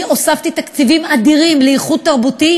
אני הוספתי תקציבים אדירים לייחוד תרבותי,